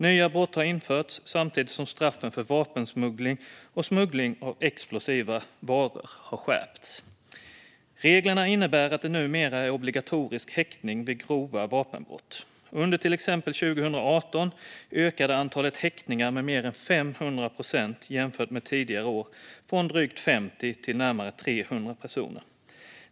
Nya brott har införts, samtidigt som straffen för vapensmuggling och smuggling av explosiva varor har skärpts. Reglerna innebär att det numera är obligatorisk häktning vid grova vapenbrott. Under till exempel 2018 ökade antalet häktningar med mer än 500 procent jämfört med tidigare år, från drygt 50 till närmare 300 personer.